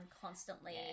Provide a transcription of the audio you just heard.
constantly